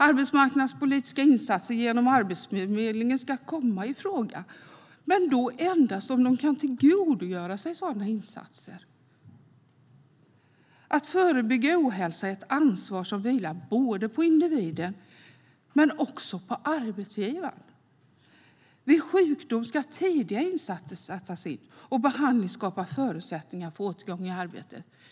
Arbetsmarknadspolitiska insatser genom Arbetsförmedlingen ska komma i fråga, men då endast för den som kan tillgodogöra sig sådana insatser. Att förebygga ohälsa är ett ansvar som vilar både på individen och på arbetsgivaren. Vid sjukdom ska tidiga insatta insatser och behandling skapa förutsättningar för återgång i arbete.